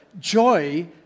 joy